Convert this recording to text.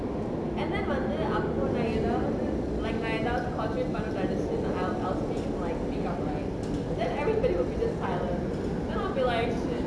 and then